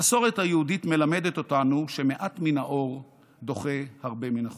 המסורת היהודית מלמדת אותנו שמעט מן האור דוחה הרבה מן החושך,